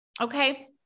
okay